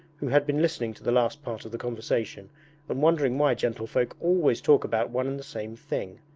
who had been listening to the last part of the conversation and wondering why gentlefolk always talk about one and the same thing.